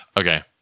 Okay